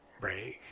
break